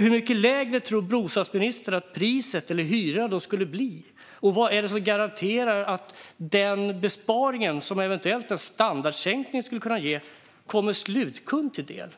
Hur mycket lägre tror bostadsministern att priset, eller hyran, skulle bli? Och vad är det som garanterar att den besparing som en standardsänkning eventuellt skulle kunna ge kommer slutkunden till del?